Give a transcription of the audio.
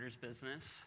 business